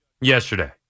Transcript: yesterday